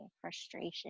frustration